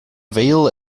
veil